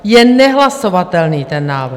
Je nehlasovatelný ten návrh!